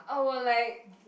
I will like